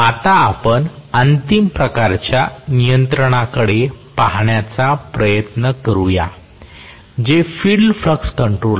आता आपण अंतिम प्रकारच्या नियंत्रणाकडे पाहण्याचा प्रयत्न करूया जे फील्ड फ्लक्स कंट्रोल आहे